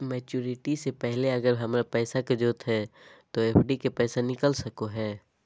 Maturity से पहले अगर हमरा पैसा के जरूरत है तो एफडी के पैसा निकल सको है?